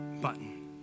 button